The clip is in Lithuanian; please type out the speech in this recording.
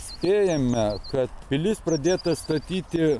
spėjame kad pilis pradėta statyti